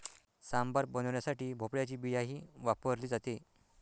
सांबार बनवण्यासाठी भोपळ्याची बियाही वापरली जाते